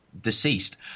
deceased